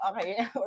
Okay